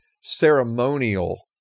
ceremonial